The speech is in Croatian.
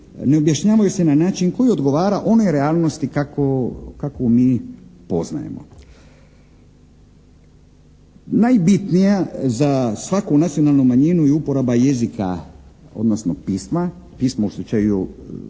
ne objašnjavaju se na način koji odgovara onoj realnosti kakvu mi poznajemo. Najbitnija za svaku nacionalnu manjinu je uporaba jezika odnosno pisma, pismo u slučaju